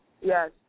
Yes